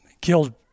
killed